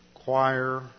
Choir